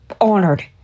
honored